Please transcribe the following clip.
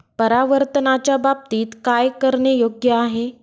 परावर्तनाच्या बाबतीत काय करणे योग्य आहे